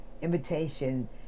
invitation